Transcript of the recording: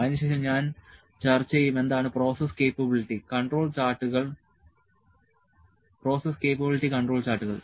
അതിനുശേഷം ഞാൻ ചർച്ച ചെയ്യും എന്താണ് പ്രോസസ് കേപ്പബിലിറ്റി കൺട്രോൾ ചാർട്ടുകൾ